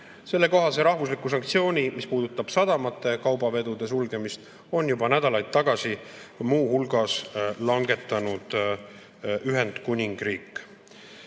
Sellekohase rahvusliku sanktsiooni [otsuse], mis puudutab sadamate kaubavedude sulgemist, on juba nädalaid tagasi muu hulgas langetanud Ühendkuningriik. Ukraina